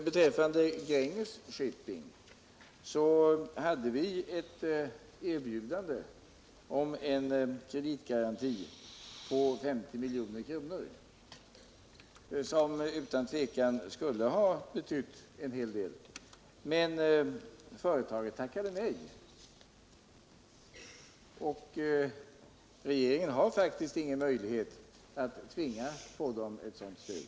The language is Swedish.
Beträffande Gränges Shipping hade vi ett erbjudande om en kreditgaranti på 50 milj.kr., som utan tvivel skulle ha betytt en hel del. Men företaget tackade nej, och regeringen har faktiskt ingen möjlighet att tvinga på det ett sådant stöd.